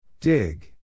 Dig